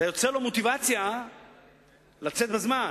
זה יוצר לו מוטיבציה לצאת בזמן,